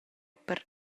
per